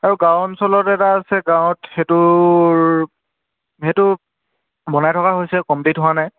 আৰু গাঁও অঞ্চলত এটা আছে গাঁৱত সেইটোৰ সেইটো বনাই থকা হৈছে কমপ্লিট হোৱা নাই